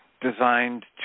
designed